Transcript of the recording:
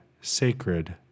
sacred